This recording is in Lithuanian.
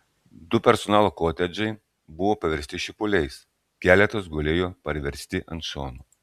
du personalo kotedžai buvo paversti šipuliais keletas gulėjo parversti ant šono